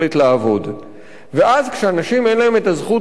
כשאנשים אין להם הזכות והיכולת לעבוד ולהתפרנס,